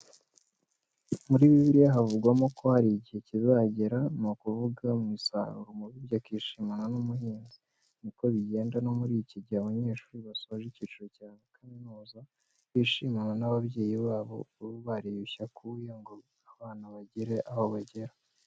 Muri Bibiliya havugwamo ko hari igihe kizagera, ni ukuvuga mu isarura, umubibyi akishimana na nyir'umurima. Niko bigenda no muri iki gihe abanyeshuri basoje icyiciro cya kaminuza bishimana n'ababyeyi babo baba bariyushye akuya ngo abana bagire aho bagera.